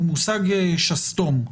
הוא מושג שסתום.